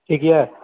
ठीक यऽ